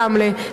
וזה ברמלה,